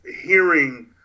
hearing